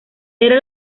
era